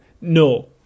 no